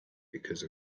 because